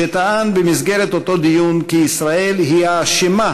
כשטען במסגרת אותו דיון כי ישראל היא האשמה